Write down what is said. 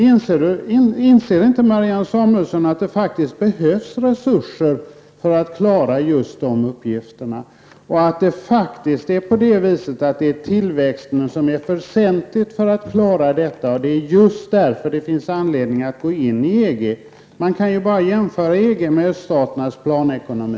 Inser inte Marianne Samuelsson att det faktiskt behövs resurser för att det skall vara möjligt att klara just de här uppgifterna och att tillväxten faktiskt är väsentlig när det gäller att klara allt detta? Just därför finns det anledning att gå med i EG -- jämför EG med öststaternas planekonomi!